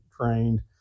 trained